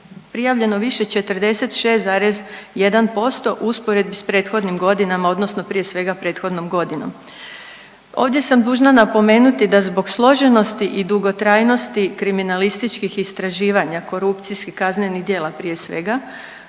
prijavljeno više 46,1% u usporedbi sa prethodnim godinama, odnosno prije svega prethodnom godinom. Ovdje sam dužna napomenuti da zbog složenosti i dugotrajnosti kriminalističkih istraživanja, korupcijskih kaznenih djela prije svega